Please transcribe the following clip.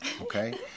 Okay